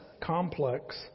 complex